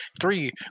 three